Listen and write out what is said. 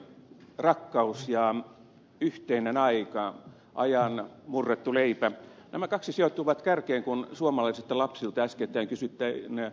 rakkaus ja yhteinen aika ajan murrettu leipä nämä kaksi sijoittuvat kärkeen kun suomalaisilta lapsilta äskettäin kysyttiin joululahjatoiveita